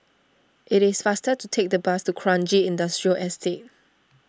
it is faster to take the bus to Kranji Industrial Estate